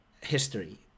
history